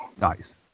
nice